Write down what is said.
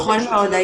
נכון מאוד.